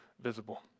visible